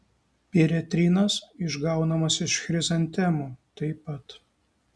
piretrinas išgaunamas iš chrizantemų taip pat